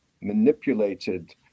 manipulated